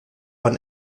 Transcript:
man